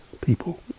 people